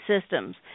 systems